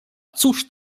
cóż